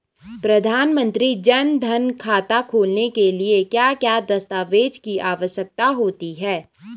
प्रधानमंत्री जन धन खाता खोलने के लिए क्या क्या दस्तावेज़ की आवश्यकता होती है?